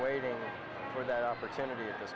waiting for that opportunity t